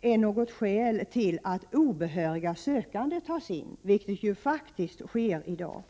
är något skäl till att obehöriga sökande tas in, vilket faktiskt sker i dag.